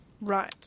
Right